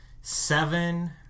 seven